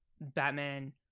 Batman